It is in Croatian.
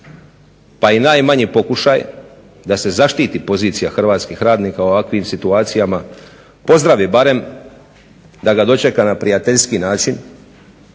pa i najmanji pokušaj da se zaštiti pozicija hrvatskih radnika u ovakvim situacijama pozdravi barem, da ga dočeka na prijateljski način,